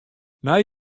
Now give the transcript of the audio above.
nei